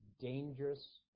dangerous